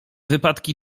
wypadki